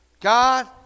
God